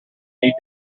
need